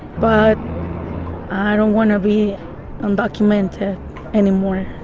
but i don't want to be undocumented anymore,